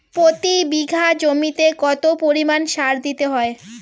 প্রতি বিঘা জমিতে কত পরিমাণ সার দিতে হয়?